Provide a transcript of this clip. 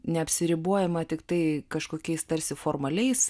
neapsiribojama tiktai kažkokiais tarsi formaliais